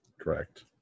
correct